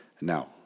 Now